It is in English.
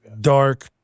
dark